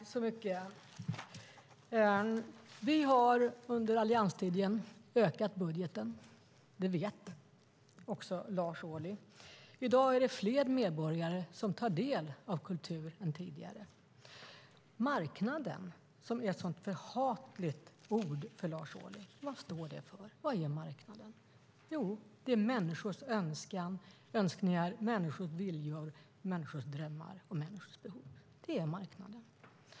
Fru talman! Vi har under allianstiden ökat budgeten. Det vet också Lars Ohly. I dag är det fler medborgare som tar del av kultur än tidigare. Marknaden, som är ett så förhatligt ord för Lars Ohly, vad står det för? Vad är marknaden? Jo, det är människors önskningar, människors viljor, människors drömmar och människors behov. Det är marknaden.